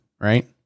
Right